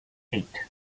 eight